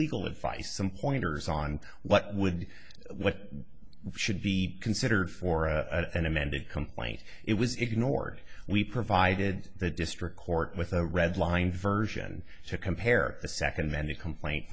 legal advice some pointers on what would what should be considered for a an amended complaint it was ignored we provided the district court with a red line version to compare the second then the complaint